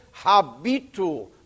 habitu